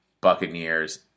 Buccaneers